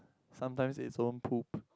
sometimes it's own poop